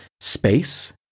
space